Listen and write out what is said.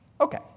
Okay